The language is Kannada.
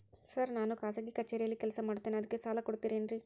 ಸರ್ ನಾನು ಖಾಸಗಿ ಕಚೇರಿಯಲ್ಲಿ ಕೆಲಸ ಮಾಡುತ್ತೇನೆ ಅದಕ್ಕೆ ಸಾಲ ಕೊಡ್ತೇರೇನ್ರಿ?